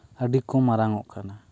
ᱟᱹᱰᱤ ᱠᱚ ᱢᱟᱨᱟᱝ ᱚᱜ ᱠᱟᱱᱟ